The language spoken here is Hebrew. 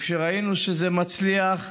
וכשראינו שזה מצליח,